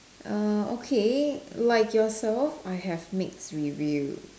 err okay like yourself I have mixed reviews